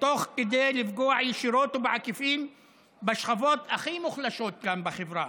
ותוך כדי זה לפגוע ישירות או בעקיפין בשכבות הכי מוחלשות כאן בחברה,